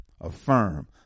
Affirm